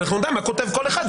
ונדע מה כותב כל אחד,